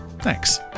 Thanks